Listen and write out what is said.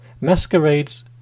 masquerades